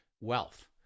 wealth